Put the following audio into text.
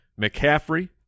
McCaffrey